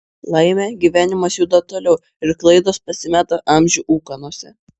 laimė gyvenimas juda toliau ir klaidos pasimeta amžių ūkanose